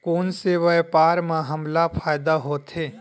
कोन से व्यापार म हमला फ़ायदा होथे?